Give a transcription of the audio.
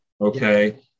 Okay